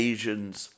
Asians